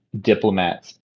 diplomats